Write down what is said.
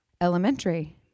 elementary